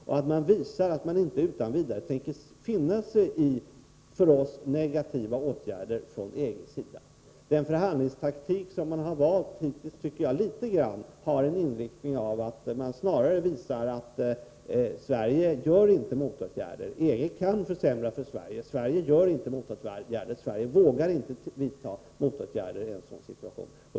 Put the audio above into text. Det gäller att visa att vi inte utan vidare tänker finna oss i för oss negativa åtgärder från EG:s sida. Den förhandlingstaktik som hittills valts har i viss mån den inriktningen att Sverige inte vidtar motåtgärder. EG kan försämra möjligheterna för Sverige. Sverige vågar inte vidta motåtgärder i en sådan situation.